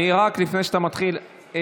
רק לפני שאתה מתחיל,